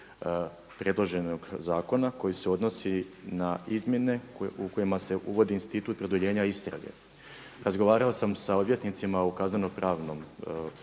predloženog zakona koji se odnosi na izmjene u kojima se uvodi institut produljenja istrage. Razgovarao sam sa odvjetnicima u kazneno pravnom